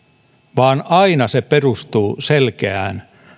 vaan että aina se perustuu selkeään